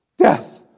death